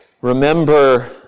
remember